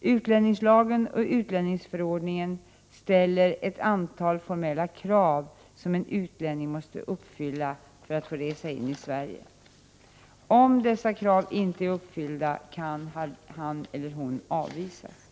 Utlänningslagen och utlänningsförordningen ställer ett antal formella krav som en utlänning måste uppfylla för att få resa in i Sverige. Om dessa krav inte är uppfyllda kan han eller hon avvisas.